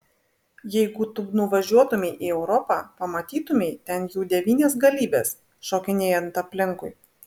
jeigu tu nuvažiuotumei į europą pamatytumei ten jų devynias galybes šokinėjant aplinkui